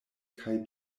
kaj